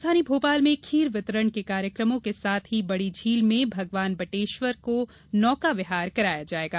राजधानी भोपाल में खीर वितरण के कार्यकमों के साथ ही बडी झील में भगवान बटेश्वर को नौका विहार कराया जायेगा